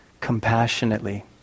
compassionately